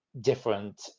different